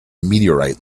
meteorite